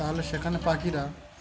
তাহলে সেখানে পাখিরা